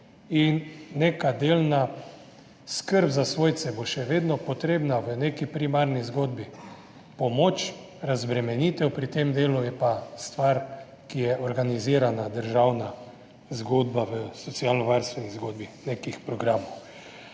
Neka delna skrb za svojce bo še vedno potrebna v neki primarni zgodbi, pomoč, razbremenitev pri tem delu je pa stvar, ki je organizirana državna zgodba v socialnovarstveni zgodbi nekih programov.